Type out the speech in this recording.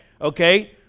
Okay